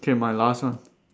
okay my last one